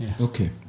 Okay